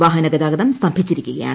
വാഹന ഗതാഗതം സ്തംഭിച്ചിരിക്കുകയാണ്